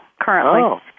currently